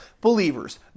believers